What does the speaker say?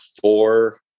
four